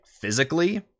physically